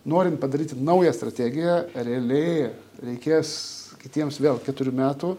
norint padaryti naują strategiją realiai reikės kitiems vėl keturių metų